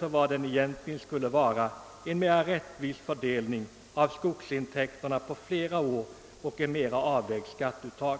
För ett enmansdödsbo finns inte den möjligheten och följden blir att det drabbas av en skatteskärpning.